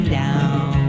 down